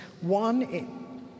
One